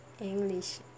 English